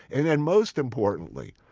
and and most importantly,